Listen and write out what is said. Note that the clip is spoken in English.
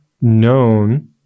known